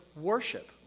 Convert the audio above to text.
worship